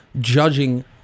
judging